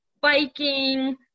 biking